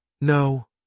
No